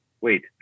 wait